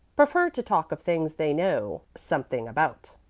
prefer to talk of things they know something about,